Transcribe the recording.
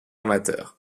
amateur